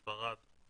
ספרד,